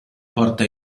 porta